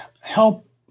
help